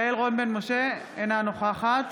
משה, אינה נוכחת